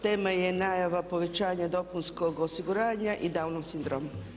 Tema je najava povećanja dopunskog osiguranja i Downov sindrom.